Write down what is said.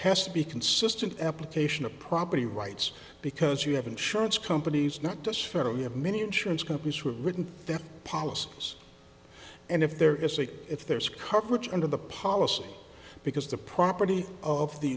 has to be consistent application of property rights because you have insurance companies not just federal you have many insurance companies who have written their policies and if there is a if there is coverage under the policy because the property of the